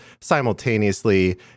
simultaneously